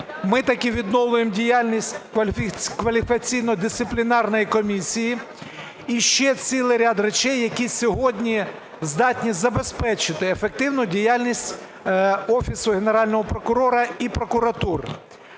ми таки відновлюємо діяльність Кваліфікаційно-дисциплінарної комісії, і ще цілий ряд речей, які сьогодні здатні забезпечити ефективну діяльність Офісу Генерального прокурора і прокуратури.